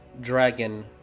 dragon